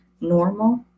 normal